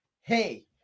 hey